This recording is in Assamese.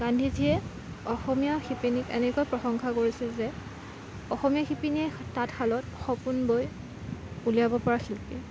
গান্ধীজীয়ে অসমীয়া শিপিনীক এনেকুৱা প্ৰশংসা কৰিছিল যে অসমীয়া শিপিনীয়ে তাঁতশালত সপোন বৈ উলিয়াবপৰা শিল্পী